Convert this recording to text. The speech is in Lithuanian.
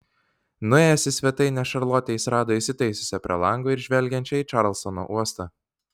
nuėjęs į svetainę šarlotę jis rado įsitaisiusią prie lango ir žvelgiančią į čarlstono uostą